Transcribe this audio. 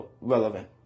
relevant